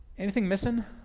anything missing?